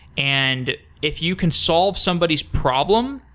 and if you can solve somebody's problem,